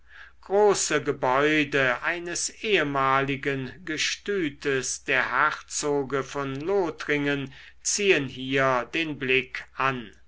große gebäude eines ehmaligen gestütes der herzoge von lothringen ziehen hier den blick an